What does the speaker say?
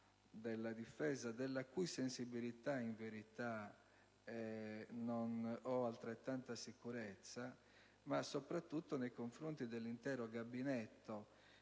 della difesa, della cui sensibilità in verità non ho altrettanta sicurezza, e, soprattutto, nei confronti dell'intero Gabinetto,